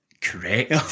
Correct